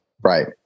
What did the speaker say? Right